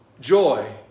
joy